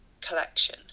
collection